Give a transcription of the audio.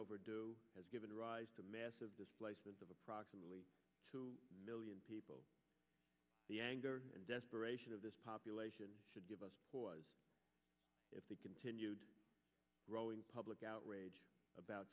overdue has given rise to massive displacement of approximately two million people the anger and desperation of this population should give us pause if the continued growing public outrage about